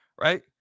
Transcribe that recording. right